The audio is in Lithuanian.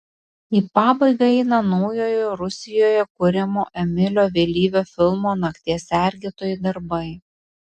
į pabaigą eina naujojo rusijoje kuriamo emilio vėlyvio filmo nakties sergėtojai darbai